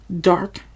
dark